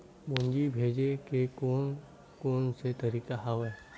पूंजी भेजे के कोन कोन से तरीका हवय?